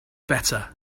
better